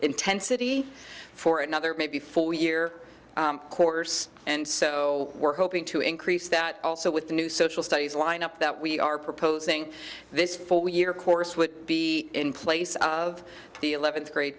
intensity for another maybe four year course and so we're hoping to increase that also with the new social studies lineup that we are proposing this four year course would be in place of the eleventh grade